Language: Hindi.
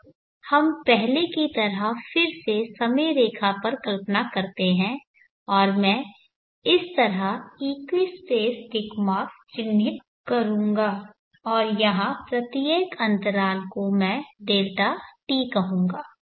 अब हम पहले की तरह फिर से समय रेखा पर कल्पना करते हैं और मैं इस तरह इक्वी स्पेस टिक मार्क चिह्नित करूंगा और यहां प्रत्येक अंतराल को मैं Δt कहूंगा